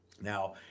Now